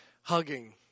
hugging